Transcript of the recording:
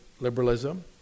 liberalism